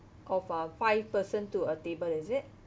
of uh five person to a table is it